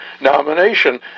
nomination